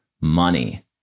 money